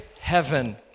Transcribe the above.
heaven